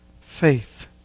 faith